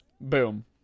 Boom